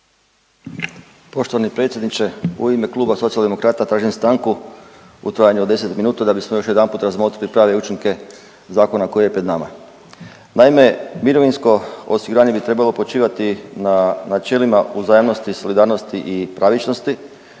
Poštovani predsjedniče. U ime kluba Socijaldemokrata tražim stanku u trajnu od 10 minuta da bismo još jedanput razmotrili prave učinke zakona koji je pred nama. Naime, mirovinsko osiguranje bi trebalo počivati na načelima uzajamnosti, solidarnosti i pravičnosti